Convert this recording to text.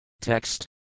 TEXT